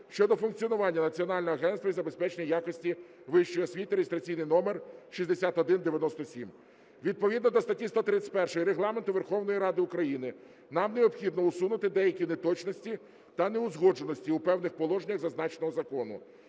щодо функціонування Національного агентства із забезпечення якості вищої освіти" (реєстраційний номер 6197). Відповідно до статті 131 Регламенту Верховної Ради України нам необхідно усунути деякі неточності та неузгодженості у певних положеннях зазначеного закону.